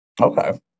Okay